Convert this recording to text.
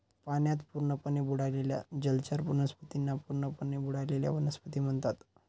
पाण्यात पूर्णपणे बुडालेल्या जलचर वनस्पतींना पूर्णपणे बुडलेल्या वनस्पती म्हणतात